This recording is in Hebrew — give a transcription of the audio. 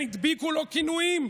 ולכן הדביקו לו כינויים,